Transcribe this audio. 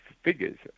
figures